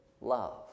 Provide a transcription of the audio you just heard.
love